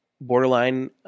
borderline